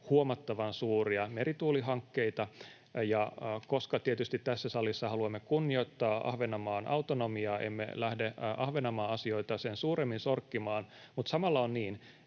huomattavan suuria merituulihankkeita. Koska tietysti tässä salissa haluamme kunnioittaa Ahvenanmaan autonomiaa, emme lähde Ahvenanmaan asioita sen suuremmin sorkkimaan, mutta samalla on niin,